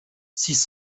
six